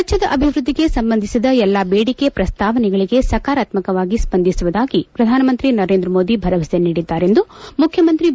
ರಾಜ್ಯದ ಅಭಿವೃದ್ದಿಗೆ ಸಂಬಂಧಿಸಿದ ಎಲ್ಲ ಬೇಡಿಕೆ ಪ್ರಸ್ತಾವನೆಗಳಿಗೆ ಸಕಾರಾತ್ಮಕವಾಗಿ ಸ್ಪಂದಿಸುವುದಾಗಿ ಪ್ರಧಾನಮಂತ್ರಿ ನರೇಂದ್ರ ಮೋದಿ ಭರವಸೆ ನೀಡಿದ್ದಾರೆ ಎಂದು ಮುಖ್ಯಮಂತ್ರಿ ಬಿ